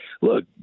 look